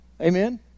Amen